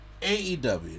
AEW